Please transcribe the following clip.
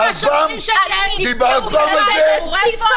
--- דיברת פעם על זה?